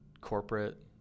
corporate